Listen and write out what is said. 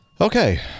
Okay